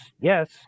Yes